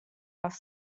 off